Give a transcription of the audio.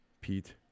Pete